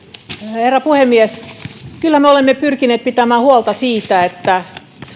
herra puhemies kyllä me olemme pyrkineet pitämään huolta siitä että